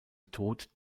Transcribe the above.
tod